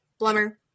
blummer